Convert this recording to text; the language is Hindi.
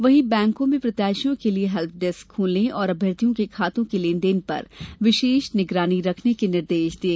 वहीं बैंकों में प्रत्याशियों के लिये हेल्पडेस्क खोलने और अभ्यर्थियों के खातों के लेन देन पर विशेष निगरानी रखने के निर्देश भी दिए